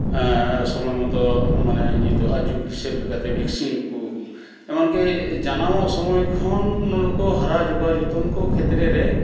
ᱥᱚᱢᱚᱭ ᱢᱚᱛᱚ ᱢᱟᱱᱮ ᱱᱤᱛᱳᱜᱼᱟᱜ ᱡᱩᱜᱽ ᱞᱮᱠᱟᱛᱮ ᱵᱷᱮᱠᱥᱤᱱ ᱠᱚ ᱮᱢᱚᱱᱠᱤ ᱡᱟᱱᱟᱢᱚᱜ ᱥᱚᱢᱚᱭ ᱠᱷᱚᱱ ᱢᱟᱱᱮ ᱠᱚ ᱦᱟᱨᱟ ᱡᱚᱜᱟᱣ ᱡᱚᱛᱚᱱ ᱠᱚ ᱠᱷᱮᱛᱛᱨᱮ ᱨᱮ